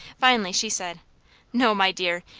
finally she said no, my dear.